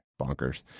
bonkers